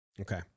Okay